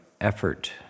effort